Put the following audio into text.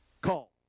call